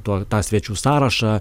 tuo tą svečių sąrašą